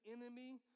enemy